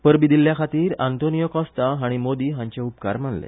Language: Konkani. परबीं दिल्ले खातीर आंतोनियो कॉस्ता हांणी मोदी हांचे उपकार मानले